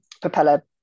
propeller